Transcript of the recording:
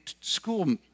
school